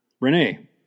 Renee